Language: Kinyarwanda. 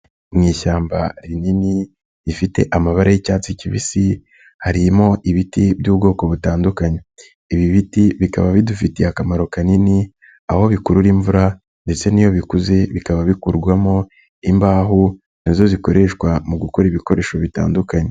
Mu ishyamba rinini rifite amaba y'icyatsi kibisi harimo ibiti by'ubwoko butandukanye, ibi biti bikaba bidufitiye akamaro kanini aho bikurura imvura ndetse n'iyo bikuze bikaba bikurwamo imbaho, na zo zikoreshwa mu gukora ibikoresho bitandukanye.